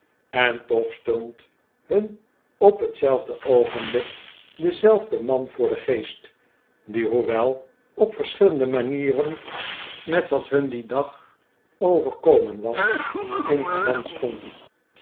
en toch stond hun op hetzelfde oogenblik dezelfde man voor den geest die hoewel op verschillende manieren met wat hun dien dag overkomen was in verband stond